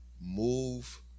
move